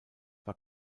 war